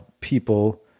people